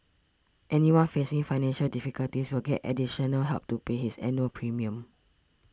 anyone facing financial difficulties will get additional help to pay his annual premium